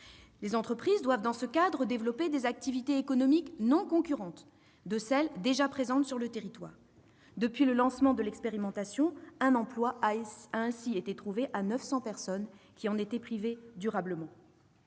Les entreprises doivent, dans ce cadre, développer des activités économiques non concurrentes de celles qui sont déjà présentes sur le territoire. Depuis le lancement de l'expérimentation, un emploi a ainsi été trouvé à 900 personnes qui en étaient privées durablement.